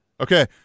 okay